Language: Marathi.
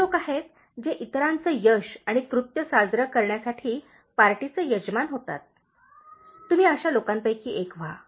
असे लोक आहेत जे इतरांचे यश आणि कृत्य साजरे करण्यासाठी पार्टीचे यजमान होतात तुम्ही अशा लोकांपैकी एक व्हा